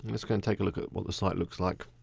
it's gonna take a look at what the site looks like.